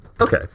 Okay